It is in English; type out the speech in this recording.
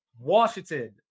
Washington